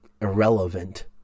irrelevant